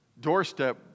doorstep